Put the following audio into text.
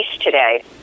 today